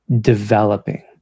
developing